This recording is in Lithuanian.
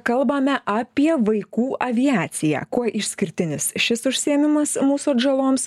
kalbame apie vaikų aviaciją kuo išskirtinis šis užsiėmimas mūsų atžaloms